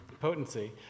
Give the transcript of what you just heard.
potency